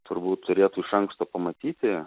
turbūt turėtų iš anksto pamatyti